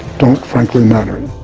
don't frankly matter.